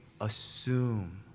assume